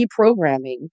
reprogramming